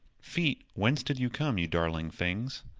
feet, whence did you come, you darling things?